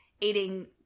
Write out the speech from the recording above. eating